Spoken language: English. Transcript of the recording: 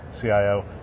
CIO